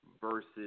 versus